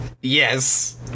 yes